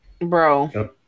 bro